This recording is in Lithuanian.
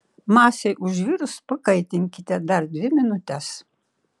masei užvirus pakaitinkite dar dvi minutes